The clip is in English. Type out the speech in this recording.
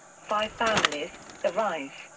five families the rise,